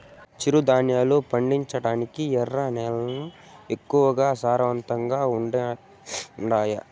చిరుధాన్యాలు పండించటానికి ఎర్ర నేలలు ఎక్కువగా సారవంతంగా ఉండాయా